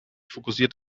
fokussiert